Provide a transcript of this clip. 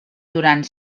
durant